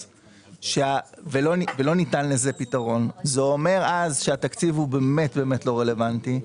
ולא ניתן לזה פתרון זה אומר שהתקציב באמת לא רלוונטי.